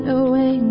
away